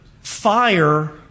fire